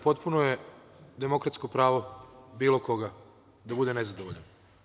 Potpuno je demokratsko pravo bilo koga da bude nezadovoljan.